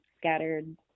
scattered